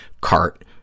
cart